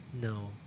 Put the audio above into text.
No